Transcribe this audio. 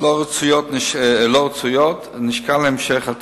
לא רצויות, נשקל המשך הטיפול.